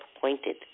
pointed